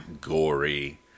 gory